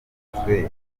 bisanzwe